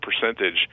percentage